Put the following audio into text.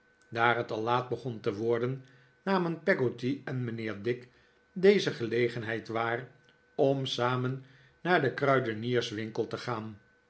daar het al laat begon te worden namen peggotty en mijnheer dick deze gelegenheid waar om samen naar den kruidenierswinkel te gaan